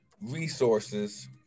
resources